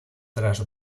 tras